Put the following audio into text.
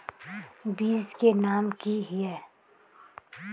बीज के नाम की हिये?